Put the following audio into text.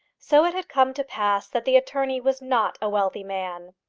so it had come to pass that the attorney was not a wealthy man.